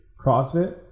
CrossFit